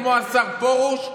כמו השר פרוש?